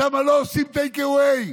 שם לא עושים טייק-אווי,